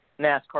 NASCAR